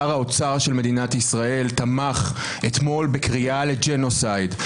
שר האוצר של מדינת ישראל תמך אתמול בקריאה לג'נוסייד.